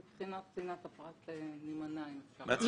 מצנעת הפרט נימנע, אם אפשר.